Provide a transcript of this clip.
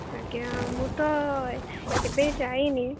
ଆଜ୍ଞା ମୁଁ ତ ଏବେ ଯାଇନି